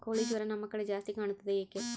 ಕೋಳಿ ಜ್ವರ ನಮ್ಮ ಕಡೆ ಜಾಸ್ತಿ ಕಾಣುತ್ತದೆ ಏಕೆ?